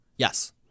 Yes